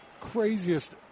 craziest